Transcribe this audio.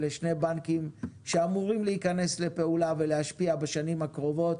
אלה שני בנקים שאמורים להיכנס לפועלה ולהשפיע בשנים הקרובות.